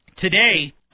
Today